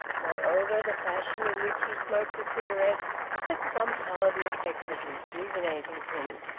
moreover, the fashion in which he smoked a cigarette had somehow the effect of rejuvenating him.